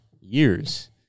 years